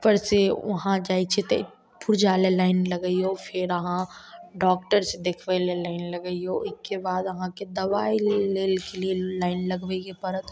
उपर से वहाँ जाय छिअय तऽ पुर्जा लए लाइन लगयऔ फेर आहाँ डॉक्टर से देखबै लए लाइन लगैऔ ओहिके बाद आहाँ दबाइ लेल लाइन लगबयके पड़त